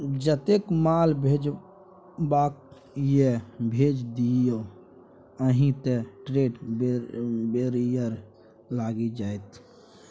जतेक माल भेजबाक यै भेज दिअ नहि त ट्रेड बैरियर लागि जाएत